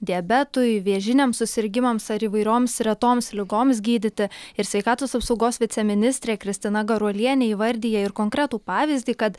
diabetui vėžiniams susirgimams ar įvairioms retoms ligoms gydyti ir sveikatos apsaugos viceministrė kristina garuolienė įvardija ir konkretų pavyzdį kad